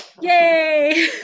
Yay